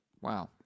Wow